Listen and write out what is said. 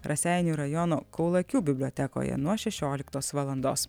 raseinių rajono kaulakių bibliotekoje nuo šešioliktos valandos